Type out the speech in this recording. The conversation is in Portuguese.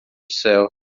céu